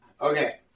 Okay